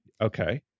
Okay